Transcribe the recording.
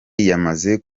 yamaze